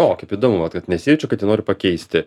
o kaip įdomu kad vat nesijaučiu kad jį noriu pakeisti